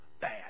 bad